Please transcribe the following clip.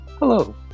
Hello